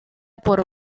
por